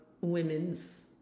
women's